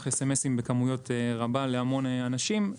אס אם אסים בכמות רבה להמון אנשים.